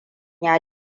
ya